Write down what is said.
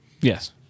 Yes